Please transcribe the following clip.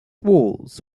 walls